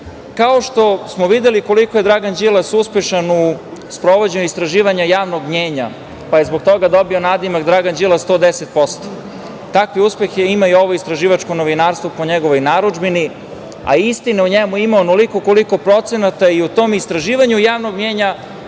kao što smo videli koliko je Dragan Đilas uspešan u sprovođenju istraživanja javnog mnjenja, pa je zbog toga dobio nadimak „Dragan Đilas 110%“, takve uspehe ima i ovo istraživačko novinarstvo po njegovoj narudžbini, a istine u njemu ima onoliko koliko procenata i u tom istraživanju javnog mnjenja